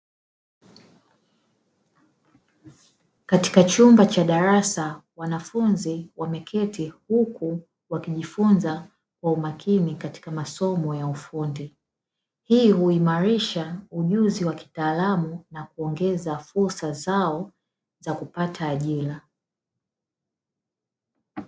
Katika chumba cha darasa wanafunzi wameketi huku wakijifunza kwa umakini katika masomo ya ufundi, hii huimarisha ujuzi wa kitaalamu na kuongeza fursa zao za kupata ajira.